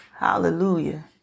Hallelujah